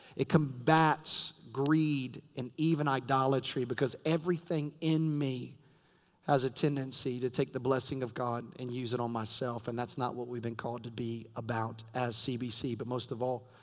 it combats greed and even idolatry because everything in me has a tendency to take the blessing of god and use it on myself. and that's not what we've been called to be about as cbc. but most of all,